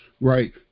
Right